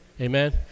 amen